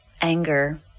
anger